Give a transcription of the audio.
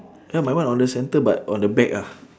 ya my one on the center but on the back ah